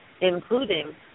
including